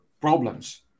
problems